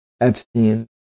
Epstein